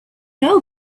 know